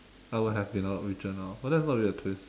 I would have been a lot richer now but that's not really a twist